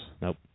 Nope